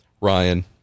Ryan